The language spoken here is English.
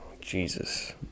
Jesus